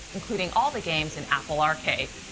including all the games in apple arcade.